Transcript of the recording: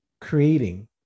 creating